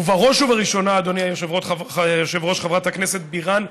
בראש ובראשונה, אדוני היושב-ראש, חברת הכנסת בירן,